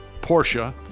Porsche